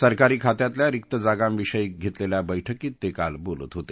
सरकारी खात्यातल्या रिक्त जागांविषयक घेतलेल्या बैठकीत ते काल बोलत होते